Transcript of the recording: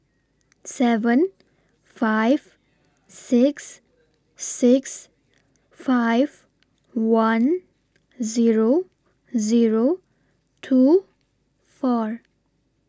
seven five six six five one Zero Zero two four